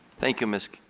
thank you, mrs.